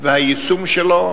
והיישום שלו,